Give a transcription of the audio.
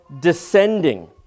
descending